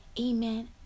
Amen